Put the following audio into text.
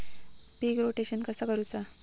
पीक rotation कसा करूचा?